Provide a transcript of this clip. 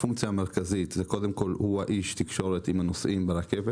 הפונקציה המרכזית שלו היא לשמש איש תקשורת עם הנוסעים ברכבת: